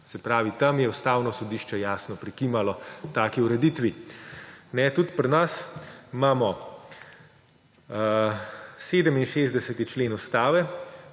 Se pravi, tam je Ustavno sodišče jasno prikimalo taki ureditvi. Tudi pri nas imamo 67. člen Ustave,